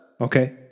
Okay